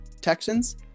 Texans